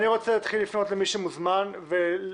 אני רוצה להתחיל לפנות למי שמוזמן ולדבר